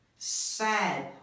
sad